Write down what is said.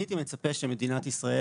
הייתי מצפה שמדינת ישראל